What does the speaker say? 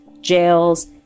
jails